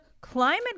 climate